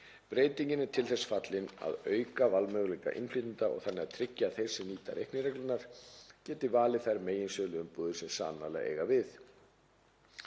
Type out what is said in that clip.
Breytingin er til þess fallin að auka valmöguleika innflytjenda og þannig tryggja að þeir sem nýta reiknireglurnar geti valið þær meginsöluumbúðir sem sannarlega eiga við.